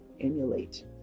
emulate